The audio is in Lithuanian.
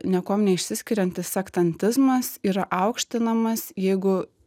niekuom neišsiskiriantis sektantizmas yra aukštinamas jeigu